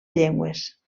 llengües